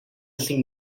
cinc